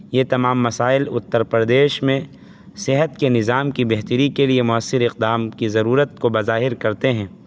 یہ تمام مسائل اتر پردیش میں صحت کے نظام کی بہتری کے لیے مؤثر اقدام کی ضرورت کو ظاہر کرتے ہیں